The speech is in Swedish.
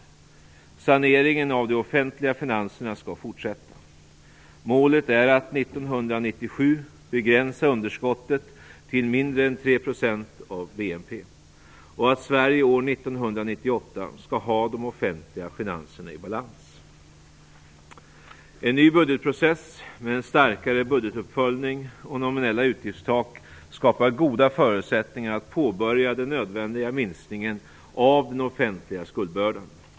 Saneringen av de offentliga finanserna skall fortsätta. Målet är att 1997 begränsa underskottet till mindre än 3 % av BNP och att Sverige år 1998 skall ha de offentliga finanserna i balans. En ny budgetprocess med en starkare budgetuppföljning och nominella utgiftstak skapar goda förutsättningar att påbörja den nödvändiga minskningen av den offentliga skuldbördan.